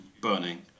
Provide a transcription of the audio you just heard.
burning